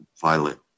violent